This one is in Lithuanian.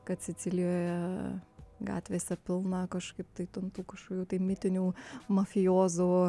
kad sicilijoje gatvėse pilna kažkaip tai tuntų kažkokių tai mitinių mafijozų